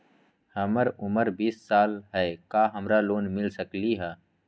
हमर उमर बीस साल हाय का हमरा लोन मिल सकली ह?